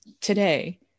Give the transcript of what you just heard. today